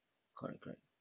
correct correct